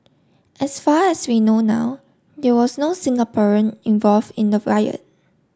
as far as we know now there was no Singaporean involved in the riot